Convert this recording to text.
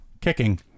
Kicking